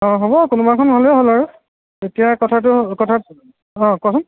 অ' হ'ব কোনোবাখন হ'লে হ'ল আৰু এতিয়া কথাটো হ' কথাটো অ' কোৱাচোন